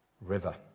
river